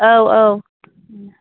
औ औ